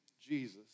Jesus